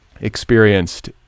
experienced